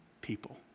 people